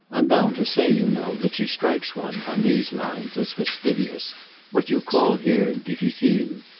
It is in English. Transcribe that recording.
i'm bound to say, you know, that she strikes one, on these lines, as fastidious what you call here difficile.